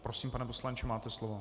Prosím, pane poslanče, máte slovo.